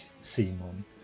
Simon